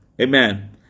Amen